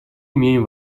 имеем